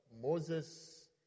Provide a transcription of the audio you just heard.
Moses